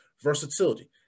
versatility